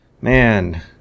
man